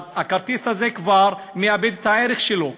אז הכרטיס הזה כבר מאבד את הערך שלו.